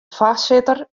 foarsitter